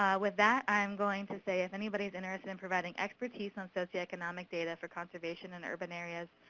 with that, i'm going to say if anybody's interested in providing expertise on socioeconomic data for conservation in urban areas,